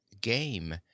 Game